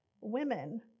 Women